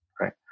Right